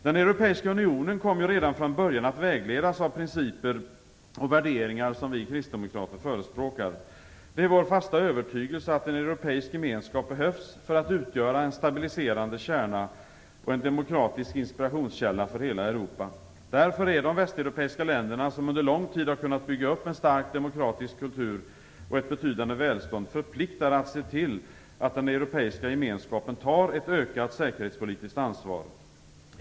Den europeiska unionen kom redan från början att vägledas av principer och värderingar som vi kristdemokrater förespråkar. Det är vår fasta övertygelse att en europeisk gemenskap behövs för att utgöra en stabiliserande kärna och en demokratisk inspirationskälla för hela Europa. Därför är de västeuropeiska länderna, som under lång tid har kunnat bygga upp en stark demokratisk kultur och ett betydande välstånd, förpliktade att se till att den europeiska gemenskapen tar ett ökat säkerhetspolitiskt ansvar.